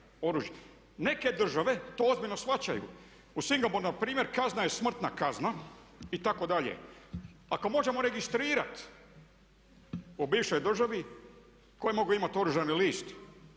Neke države to ozbiljno shvaćaju. U Singapuru npr. kazna je smrtna kazna itd. Ako možemo registrirati, u bivšoj državi tko je mogao imati oružani list?